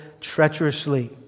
treacherously